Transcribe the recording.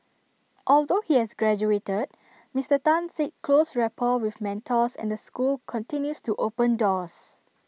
although he has graduated Mister Tan said close rapport with mentors and the school continues to open doors